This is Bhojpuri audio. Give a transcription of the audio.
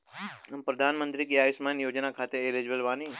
हम प्रधानमंत्री के अंशुमान योजना खाते हैं एलिजिबल बनी?